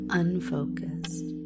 unfocused